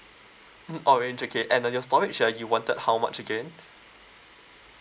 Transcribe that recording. mm orange okay and the your storage uh you wanted how much again